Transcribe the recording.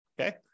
Okay